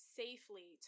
safely